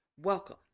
Welcome